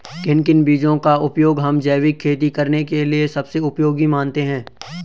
किन किन बीजों का उपयोग हम जैविक खेती करने के लिए सबसे उपयोगी मानते हैं?